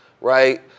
right